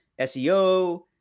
SEO